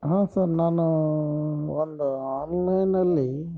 ಹಾಂ ಸರ್ ನಾನು ಒಂದು ಆನ್ಲೈನಲ್ಲಿ